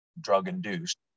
drug-induced